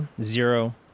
zero